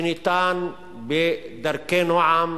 שניתן בדרכי נועם